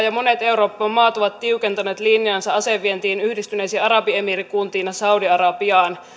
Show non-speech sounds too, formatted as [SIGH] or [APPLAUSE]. [UNINTELLIGIBLE] ja monet euroopan maat ovat tiukentaneet linjaansa asevientiin yhdistyneisiin arabiemiirikuntiin ja saudi arabiaan